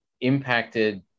impacted